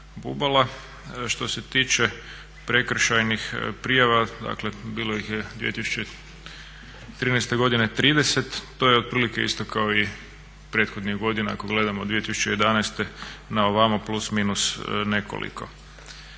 Bubala. Što se tiče prekršajnih prijava, dakle bilo ih je 2013.godine 30 to je otprilike isto kao i prethodnih godina ako gledamo 2011.na ovamo, plus minus nekoliko.